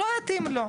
לא מתאים לו,